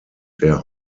der